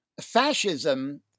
Fascism